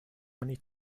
many